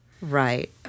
Right